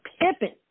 Pippin